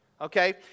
Okay